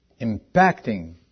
Impacting